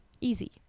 easy